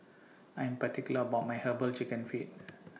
I Am particular about My Herbal Chicken Feet